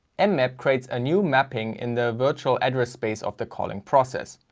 and mmap creates a new mapping in the virtual address space of the calling process.